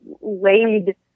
laid